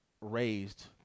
raised